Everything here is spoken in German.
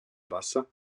wasser